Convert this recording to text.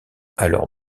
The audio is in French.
alors